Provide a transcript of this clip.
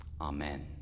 Amen